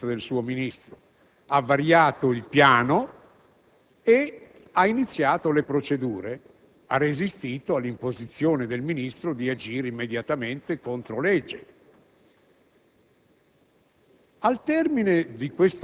ha anche preso in considerazione la richiesta del suo Vice Ministro, ha variato il piano e ha iniziato le procedure, resistendo all'imposizione del Vice ministro di agire immediatamente contro legge.